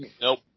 Nope